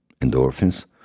Endorphins